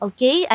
Okay